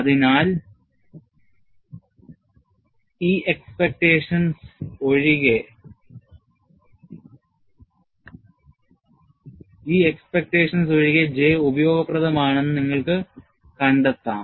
അതിനാൽ ഈ exceptions ഒഴികെ J ഉപയോഗപ്രദമാണെന്ന് നിങ്ങൾക്ക് കണ്ടെത്താം